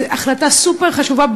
זו החלטה סופר-חשובה,